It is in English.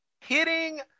hitting